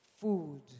food